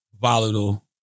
volatile